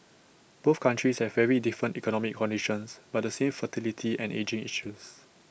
both countries have very different economic conditions but the same fertility and ageing issues